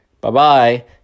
Bye-bye